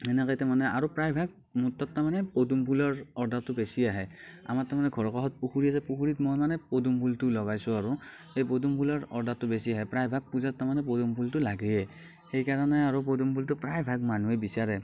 সেনেকৈ তাৰ মানে আৰু প্ৰায় ভাগ মোৰ তাত তাৰ মানে পদুম ফুলৰ অৰ্ডাৰটো বেছি আহে আমাৰ তাৰ মানে ঘৰৰ কাষত পুখুৰী আছে পুখুৰীত মই মানে পদুম ফুলটো লগাইছোঁ আৰু এই পদুম ফুলৰ অৰ্ডাৰটো বেছি আহে প্ৰায় ভাগ পূজাত তাৰ মানে পদুম ফুলটো লাগেই সেইকাৰণে আৰু পদুম ফুলটো প্ৰায় ভাগ মানুহেই বিচাৰে